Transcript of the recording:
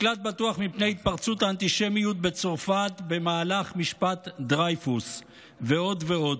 מקלט בטוח מפני התפרצות האנטישמיות בצרפת במהלך משפט דרייפוס ועוד ועוד.